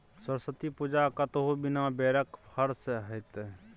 सरस्वती पूजा कतहु बिना बेरक फर सँ हेतै?